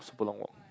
super long walk